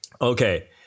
Okay